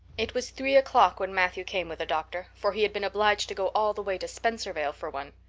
it was three o'clock when matthew came with a doctor, for he had been obliged to go all the way to spencervale for one.